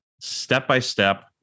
step-by-step